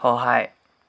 সহায়